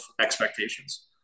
expectations